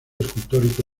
escultórico